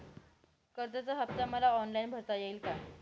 कर्जाचा हफ्ता मला ऑनलाईन भरता येईल का?